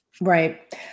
Right